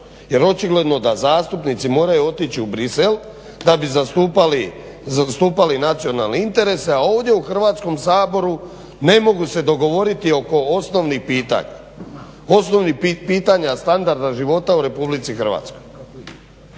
jer očigledno da zastupnici moraju otići u Bruxelles da bi zastupali nacionalni interese, a ovdje u Hrvatskom saboru ne mogu se dogovoriti oko osnovnih pitanja, osnovnih pitanja standarda života